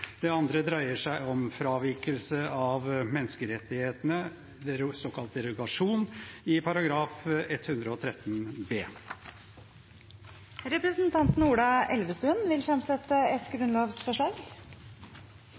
Det andre dreier seg om fravikelse av menneskerettighetene, såkalt derogasjon, ny § 113 b. Representanten Ola Elvestuen vil fremsette et